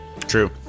True